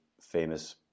famous